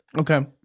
Okay